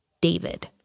David